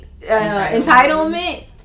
entitlement